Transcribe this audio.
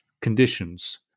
conditions